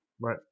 Right